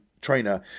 trainer